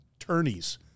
attorneys